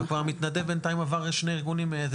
כבר המתנדב בינתיים עבר שני ארגונים.